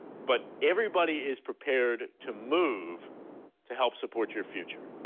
but everybody is prepared to move to help support your future.